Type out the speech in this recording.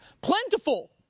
plentiful